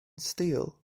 steel